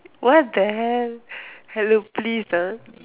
what the hell hello please ah